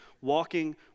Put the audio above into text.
walking